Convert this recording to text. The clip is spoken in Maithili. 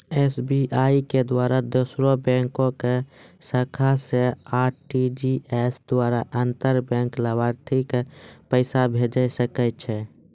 एस.बी.आई के द्वारा दोसरो बैंको के शाखा से आर.टी.जी.एस द्वारा अंतर बैंक लाभार्थी के पैसा भेजै सकै छै